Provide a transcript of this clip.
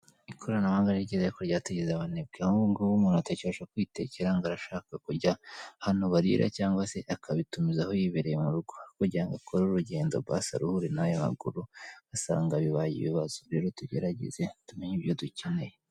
Ikoranabuhanga ni ryiza ariko ryatugize abanebwe, aho ubu ngubu umuntu atakibasha kwitekera, ngo arashaka kujya ahantu barira cyangwa se akabitumizaho yibereye mu rugo, aho kugira ngo akore urugendo basi aruhure n'ayo maguru ugasanga bibaye ibibazo rero tugerageze tumenye ibyo dukeneye.